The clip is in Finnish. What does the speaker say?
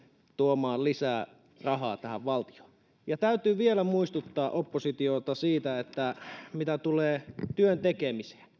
tuomaan lisää rahaa tähän valtioon ja täytyy vielä muistuttaa oppositiota siitä mitä tulee työn tekemiseen